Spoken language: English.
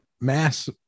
Mass